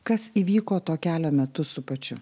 kas įvyko to kelio metu su pačiu